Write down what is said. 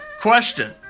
Question